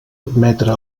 admetre